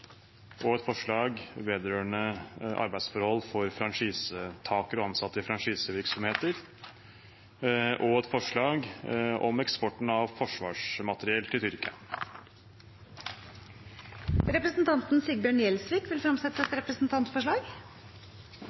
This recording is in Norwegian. omsorgstjenester, et forslag om franchise for å sikre tryggere arbeidsforhold for franchisetakere og ansatte i franchisevirksomheter og et forslag om å stanse eksport av norsk forsvarsmateriell til